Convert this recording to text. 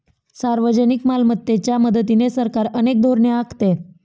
सार्वजनिक मालमत्तेच्या मदतीने सरकार अनेक धोरणे आखते